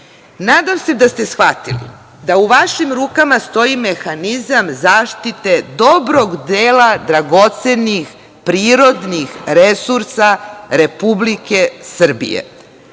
Nadam se da ste shvatili da u vašim rukama stoji mehanizam zaštite dobrog dela dragocenih prirodnih resursa Republike Srbije,